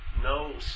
no